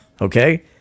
Okay